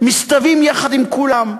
הם מסתווים יחד עם כולם.